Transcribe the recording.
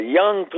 young